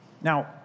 Now